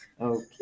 Okay